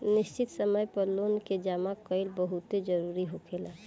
निश्चित समय पर लोन के जामा कईल बहुते जरूरी होखेला